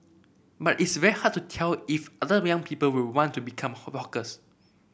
but it's very hard to tell if other young people will want to become hawkers